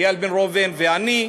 איל בן ראובן ושלי,